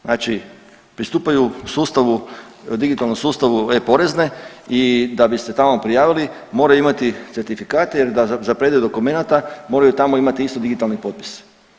Znači, pristupaju sustavu, digitalnom sustavu e-Porezne i da bi se tamo prijavili moraju imati certifikate, jer za predaju dokumenata moraju tamo isto imati digitalni potpis.